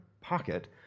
pocket